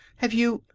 have you?